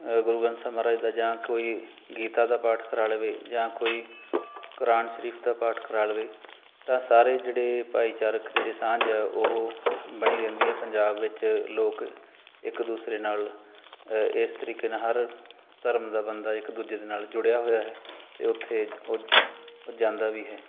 ਗੁਰੂ ਗ੍ਰੰਥ ਸਾਹਿਬ ਮਹਾਰਾਜ ਦਾ ਜਾਂ ਕੋਈ ਗੀਤਾ ਦਾ ਪਾਠ ਕਰਾ ਲਵੇ ਜਾਂ ਕੋਈ ਕੁਰਾਨ ਸ਼ਰੀਫ ਦਾ ਪਾਠ ਕਰਾ ਲਵੇ ਤਾਂ ਸਾਰੇ ਜਿਹੜੇ ਭਾਈਚਾਰਕ ਜਿਹੜੀ ਸਾਂਝ ਹੈ ਉਹ ਬਣੀ ਰਹਿੰਦੀ ਹੈ ਪੰਜਾਬ ਵਿੱਚ ਲੋਕ ਇੱਕ ਦੂਸਰੇ ਨਾਲ ਇਸ ਤਰੀਕੇ ਨਾਲ ਹਰ ਧਰਮ ਦਾ ਬੰਦਾ ਇੱਕ ਦੂਜੇ ਦੇ ਨਾਲ ਜੁੜਿਆ ਹੋਇਆ ਹੈ ਅਤੇ ਉੱਥੇ ਉਹ ਉਹ ਜਾਂਦਾ ਵੀ ਹੈ